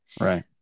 Right